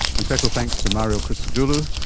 and special thanks to mario christodoulou,